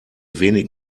wenig